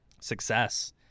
success